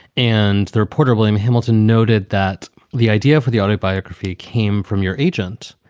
and the reporter william hamilton noted that the idea for the autobiography came from your agent.